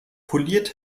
poliert